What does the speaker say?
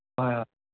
ꯑꯍꯣꯏ ꯍꯣꯏ